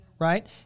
Right